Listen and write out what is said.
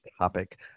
topic